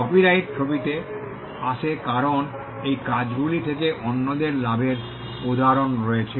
copyright ছবিতে আসে কারণ এই কাজগুলি থেকে অন্যদের লাভের উদাহরণ রয়েছে